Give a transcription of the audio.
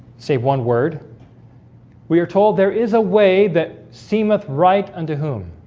say one word we are told there is a way that seemeth right unto whom